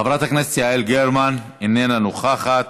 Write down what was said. חברת הכנסת יעל גרמן, איננה נוכחת.